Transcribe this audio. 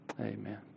amen